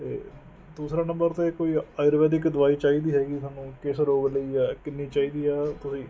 ਅਤੇ ਦੂਸਰਾ ਨੰਬਰ 'ਤੇ ਕੋਈ ਆਯੁਰਵੈਦਿਕ ਦਵਾਈ ਚਾਹੀਦੀ ਹੈਗੀ ਸਾਨੂੰ ਕਿਸ ਰੋਗ ਲਈ ਹੈ ਕਿੰਨੀ ਚਾਹੀਦੀ ਹੈ ਤੁਸੀਂ